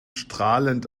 strahlend